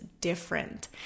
different